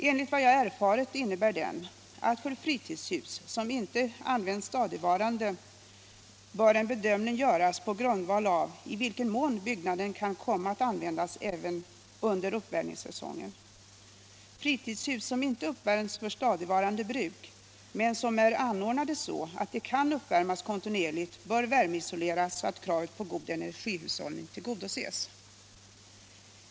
Enligt vad jag erfarit innebär den, att för fritidshus som inte används stadigvarande bör en bedömning göras på grundval av i vilken mån byggnaden kan komma att användas under uppvärmningssäsongen. Fritidshus som inte uppvärms för stadigvarande bruk men som är anordnade så att de kan uppvärmas kontinuerligt bör värmeisoleras så att kravet på god energihushållning tillgodoses.